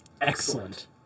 excellent